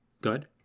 Good